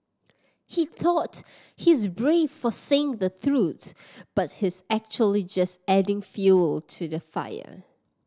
he thought he's brave for saying the truth but he's actually just adding fuel to the fire